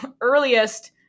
earliest